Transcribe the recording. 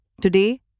Today